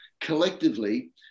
collectively